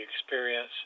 experience